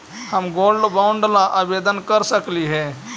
हम gold bond ला आवेदन कर सकली हे?